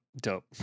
dope